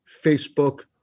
Facebook